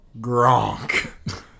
Gronk